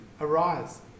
arise